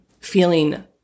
feeling